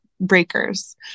breakers